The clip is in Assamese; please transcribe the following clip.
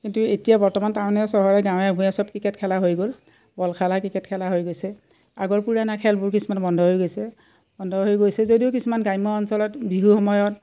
কিন্তু এতিয়া বৰ্তমান টাউনে চহৰে গাঁৱে ভূঁঞে চব ক্ৰিকেট খেলা হৈ গ'ল বল খেলা ক্ৰিকেট খেলা হৈ গৈছে আগৰ পুৰণা খেলবোৰ কিছুমান বন্ধ হৈ গৈছে বন্ধ হৈ গৈছে যদিও কিছুমান গ্ৰাম্য অঞ্চলত বিহু সময়ত